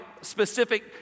specific